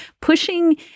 pushing